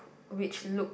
which look